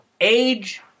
age